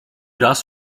raz